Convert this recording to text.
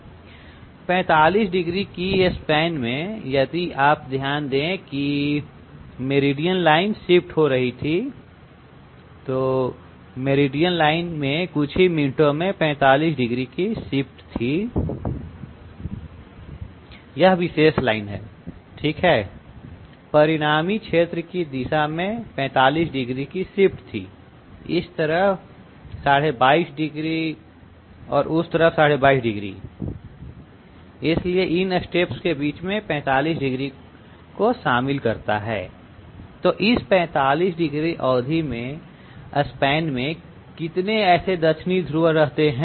45 degree की span में यदि आप ध्यान दें कि मेरीडनल लाइन शिफ्ट हो रही थी तो मै मेरीडनल लाइन में कुछ ही मिनटों में 45 डिग्री की शिफ्ट थी यह विशेष लाइन है ठीक है परिणामी क्षेत्र की दिशा में 45 डिग्री की शिफ्ट थी इस तरह 22 12 डिग्री और उस तरफ 22 12 डिग्री इसलिए इन स्टेप्स के बीच में 45 डिग्री को शामिल करता है तो इस 45 डिग्री अवधि में स्पैन में कितने ऐसे दक्षिणी ध्रुव रहते हैं